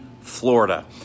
Florida